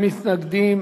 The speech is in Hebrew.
אין מתנגדים,